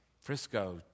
Frisco